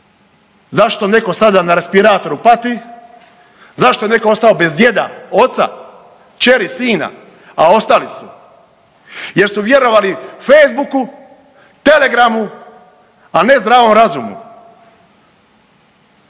zašto netko sada na respiratoru pati, zašto je netko ostao bez djeda, oca, kćeri, sina, a ostali su jer su vjerovali Facebooku, Telegramu, a ne zdravom razumu.